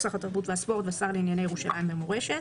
שר התרבות והספורט והשר לענייני ירושלים ומורשת.